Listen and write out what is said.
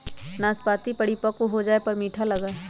नाशपतीया परिपक्व हो जाये पर मीठा लगा हई